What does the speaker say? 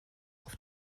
auf